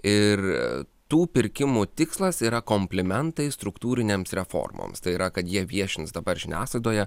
ir tų pirkimų tikslas yra komplimentai struktūrinėms reformoms tai yra kad jie viešins dabar žiniasklaidoje